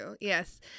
yes